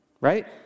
right